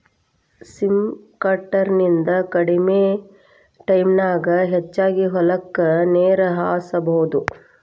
sprinkler ನಿಂದ ಕಡಮಿ ಟೈಮನ್ಯಾಗ ಹೆಚಗಿ ಹೊಲಕ್ಕ ನೇರ ಹಾಸಬಹುದು